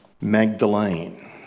Magdalene